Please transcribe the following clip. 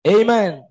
Amen